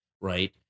right